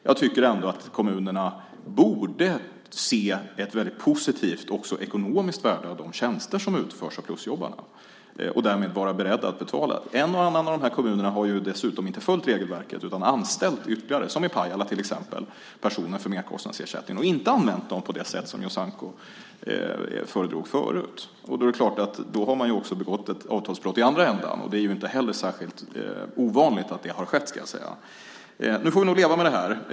Jag tycker ändå att kommunerna borde se ett väldigt positivt också ekonomiskt värde av de tjänster som utförs av plusjobbarna och därmed vara beredda att betala. En och annan av de här kommunerna har ju dessutom inte följt regelverket utan anställt ytterligare personer för merkostnadsersättningen, som i Pajala till exempel, och inte använt dessa medel på det sätt som Jasenko föredrog förut. Då är det klart att man har begått ett avtalsbrott i andra ändan, så att säga, och det är ju inte heller särskilt ovanligt att det har skett. Nu får vi nog leva med det här.